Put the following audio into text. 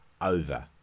over